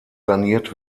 saniert